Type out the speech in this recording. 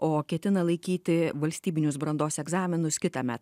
o ketina laikyti valstybinius brandos egzaminus kitąmet